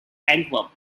antwerp